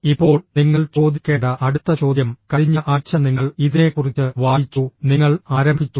ഇപ്പോൾ നിങ്ങൾ ചോദിക്കേണ്ട അടുത്ത ചോദ്യം കഴിഞ്ഞ ആഴ്ച നിങ്ങൾ ഇതിനെക്കുറിച്ച് വായിച്ചു നിങ്ങൾ ആരംഭിച്ചു